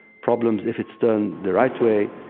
problems. if it's turned the right way,